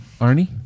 Arnie